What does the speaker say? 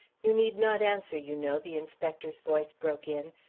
you need not answer, you know, the inspector's voice broke in.